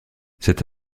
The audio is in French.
cet